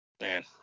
man